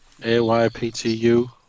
AYPTU